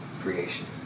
creation